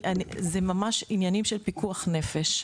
ממש עניינים של פיקוח נפש.